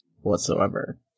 whatsoever